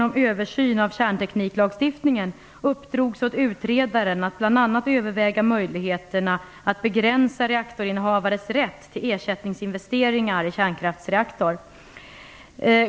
om översyn av kärntekniklagstiftningen uppdrogs åt utredaren att bl.a. överväga möjligheterna att begränsa reaktorinnehavares rätt till ersättningsinvesteringar i kärnkraftsreaktor.